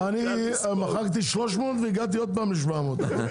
מחקתי 300 והגעתי עוד פעם ל-700.